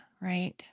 Right